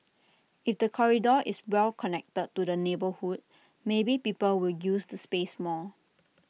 if the corridor is well connected to the neighbourhood maybe people will use the space more